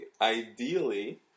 Ideally